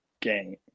game